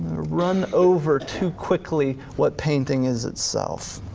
run over too quickly what painting is itself.